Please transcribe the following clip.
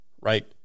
right